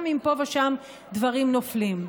גם אם פה ושם דברים נופלים.